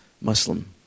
Muslim